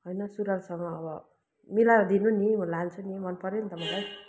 होइन सुरुवालसँग अब मिलाएर दिनु नि म लान्छु नि मनपर्यो नि त मलाई